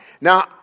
Now